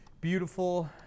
beautiful